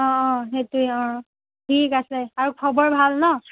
অঁ অঁ সেইটোৱে অঁ ঠিক আছে আৰু খবৰ ভাল ন